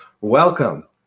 welcome